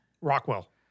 Rockwell